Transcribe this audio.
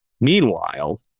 meanwhile